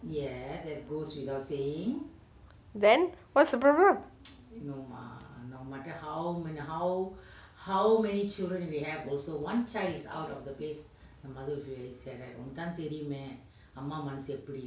then what's the problem